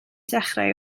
dechrau